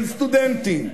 של סטודנטים,